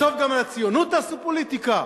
בסוף גם על הציונות תעשו פוליטיקה?